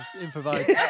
improvised